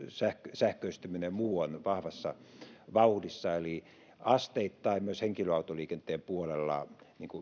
sähköistyminen ja muu ovat vahvassa vauhdissa eli asteittain myös henkilöautoliikenteen puolella